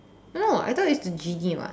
no I thought it's a genie one